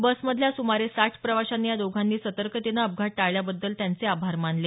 बसमधल्या सुमारे साठ प्रवाशांनी या दोघांनी सतर्कतेनं अपघात टाळल्याबद्दल त्यांचे आभार मानले